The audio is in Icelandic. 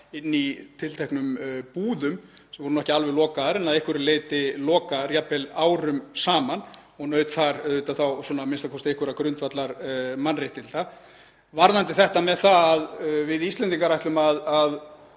inni í tilteknum búðum, sem voru ekki alveg lokaðar en að einhverju leyti, jafnvel árum saman og naut þar auðvitað þá a.m.k. einhverra grundvallarmannréttinda. Varðandi þetta að við Íslendingar ætlum að